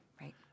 Right